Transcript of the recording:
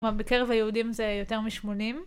כלומר בקרב היהודים זה יותר מ-80.